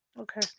Okay